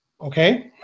Okay